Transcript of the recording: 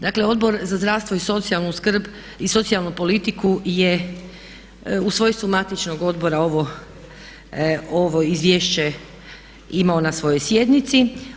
Dakle, Odbor za zdravstvo i socijalnu skrb i socijalnu politiku je u svojstvu matičnog odbora ovo izvješće imao na svojoj sjednici.